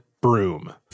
broom